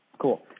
Cool